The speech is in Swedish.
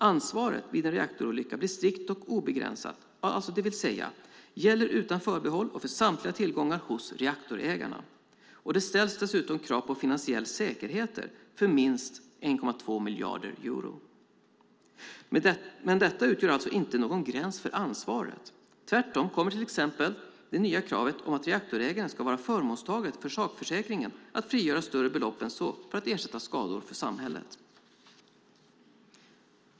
Ansvaret vid en reaktorolycka blir strikt och obegränsat, det vill säga gäller utan förbehåll och för samtliga tillgångar hos reaktorägarna. Det ställs dessutom krav på finansiella säkerheter för minst 1,2 miljarder euro, men detta utgör alltså ingen gräns för ansvaret. Tvärtom kommer till exempel det nya kravet om att reaktorägaren ska vara förmånstagare för sakförsäkringen att frigöra större belopp än så för att ersätta skador för samhället.